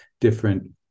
different